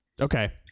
Okay